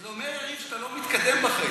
זה אומר, יריב, שאתה לא מתקדם בחיים.